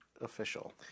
official